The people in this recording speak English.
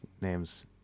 names